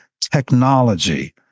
technology